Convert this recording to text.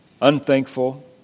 unthankful